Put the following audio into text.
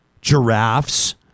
Giraffes